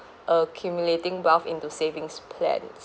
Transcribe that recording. accumulating wealth into savings plans